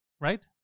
right